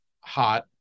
hot